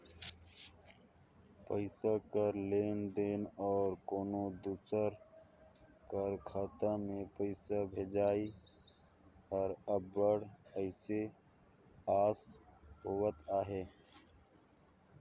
पइसा कर लेन देन अउ कोनो दूसर कर खाता में पइसा भेजई हर अब्बड़ असे अस होवत अहे